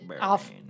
off